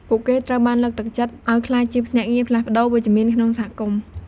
ពួកគេត្រូវបានលើកទឹកចិត្តឱ្យក្លាយជាភ្នាក់ងារផ្លាស់ប្តូរ វិជ្ជមានក្នុងសហគមន៍។